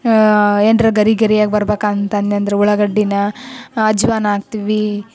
ಏನರ ಗರಿ ಗರಿಯಾಗಿ ಬರ್ಬೇಕಾ ಅಂತಂದೆನಂದ್ರ ಉಳ್ಳಾಗಡ್ಡಿನ ಅಜವಾನ ಹಾಕ್ತೀವಿ